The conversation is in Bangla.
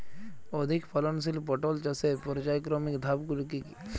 অধিক ফলনশীল পটল চাষের পর্যায়ক্রমিক ধাপগুলি কি কি?